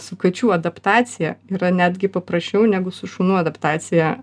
su kačių adaptacija yra netgi paprasčiau negu su šunų adaptacija